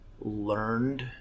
learned